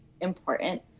important